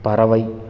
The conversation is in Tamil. பறவை